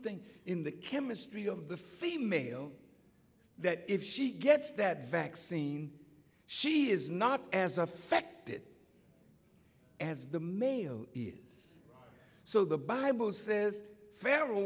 thing in the chemistry of the female that if she gets that vaccine she is not as affected as the male is so the bible says